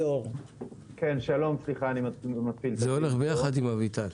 זה הולך ביחד עם אביטן.